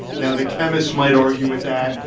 now, the chemists might argue with that,